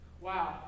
Wow